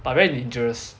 but very dangerous